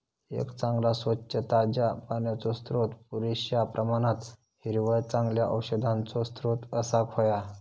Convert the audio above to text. एक चांगला, स्वच्छ, ताज्या पाण्याचो स्त्रोत, पुरेश्या प्रमाणात हिरवळ, चांगल्या औषधांचो स्त्रोत असाक व्हया